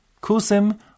kusim